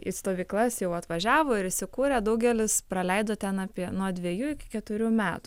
į stovyklas jau atvažiavo ir įsikūrė daugelis praleido ten apie nuo dvejų iki keturių metų